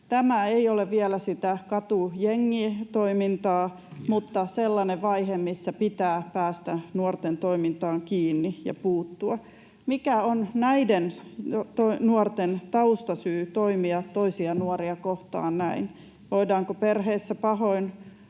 Tämä ei ole vielä sitä katujengitoimintaa, mutta sellainen vaihe, missä pitää päästä nuorten toimintaan kiinni ja puuttua. Mikä on näiden nuorten taustasyy toimia toisia nuoria kohtaan näin? Voidaanko perheissä pahoin,